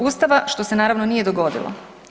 Ustava što se naravno nije dogodilo.